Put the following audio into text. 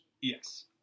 Yes